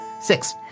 six